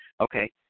Okay